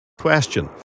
Question